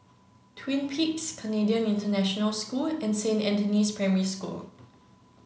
Twin Peaks Canadian International School and Saint Anthony's Primary School